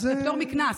פטור מקנס,